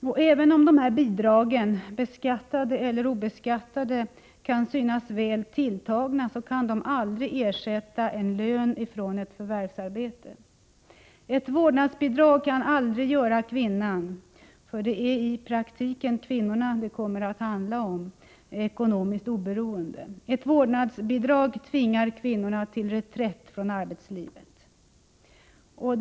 Men även om dessa bidrag — beskattade eller obeskattade — kan synas väl tilltagna kan de aldrig ersätta en lön från ett förvärvsarbete. Ett vårdnadsbidrag kan aldrig göra kvinnan — för det är i praktiken kvinnorna det kommer att handla om — ekonomiskt oberoende. Ett vårdnadsbidrag tvingar kvinnor till reträtt från arbetslivet.